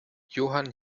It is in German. johann